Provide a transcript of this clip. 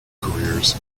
careers